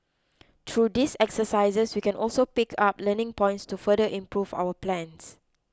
through these exercises we can also pick up learning points to further improve our plans